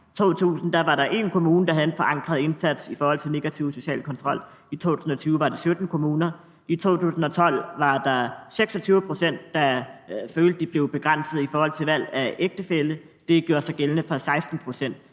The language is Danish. I 2000 var der 1 kommune, der havde en forankret indsats i forhold til negativ social kontrol, og i 2020 var det 17 kommuner. I 2012 var der 26 pct., der følte, at de blev begrænset i forhold til valg af ægtefælle. Det gjorde sig gældende for 16 pct.